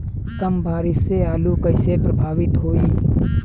कम बारिस से आलू कइसे प्रभावित होयी?